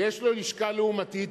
שיש לו לשכה לעומתית,